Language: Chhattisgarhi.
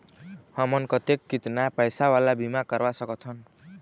हमन कतेक कितना पैसा वाला बीमा करवा सकथन?